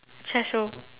threshold